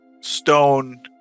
stone